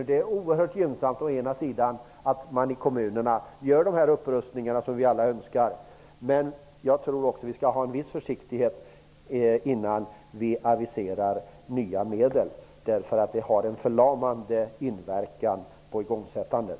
Det är oerhört gynnsamt att man i kommunerna gör de upprustningar som vi alla önskar, men vi skall vara försiktiga med att avisera nya medel. Det har en förlamande inverkan på igångsättandet.